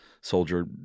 soldier